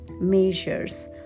measures